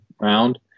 round